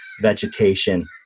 vegetation